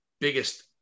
biggest